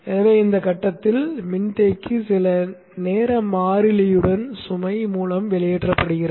எனவே இந்த கட்டத்தில் மின்தேக்கி சில நேர மாறிலியுடன் சுமை மூலம் வெளியேற்றப்படுகிறது